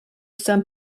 some